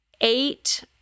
eight